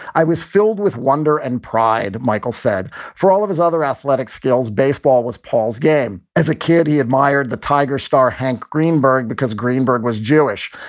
i was filled with wonder and pride. michael said for all of his other athletic skills, baseball was paul's game as a kid. he admired the tiger star, hank greenberg, because greenberg was jewish.